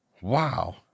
wow